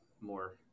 more